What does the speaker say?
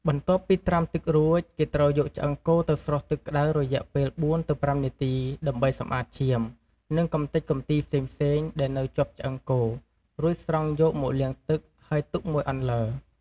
បន្ទាប់ពីត្រាំទឹករួច គេត្រូវយកឆ្អឹងគោទៅស្រុះទឹកក្ដៅរយៈពេលបួនទៅប្រាំនាទី ដើម្បីសម្អាតឈាម និងកម្ទេចកម្ទីផ្សេងៗដែលនៅជាប់ឆ្អឹងគោ រួចស្រង់យកមកលាងទឹកហើយទុកមួយអន្លើ។